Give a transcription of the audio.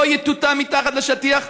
לא יטואטא מתחת לשטיח.